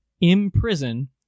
imprison